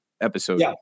episode